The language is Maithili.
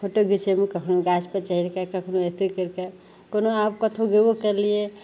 फोटो घिचैमे कखनहु गाछपर चढ़िके कखनहु अथी करिके कोनो आब कतहु गेबो कएलिए